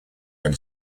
when